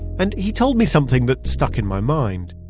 and he told me something that stuck in my mind,